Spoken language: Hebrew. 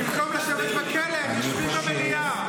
במקום לשבת בכלא, הם יושבים במליאה.